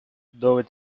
though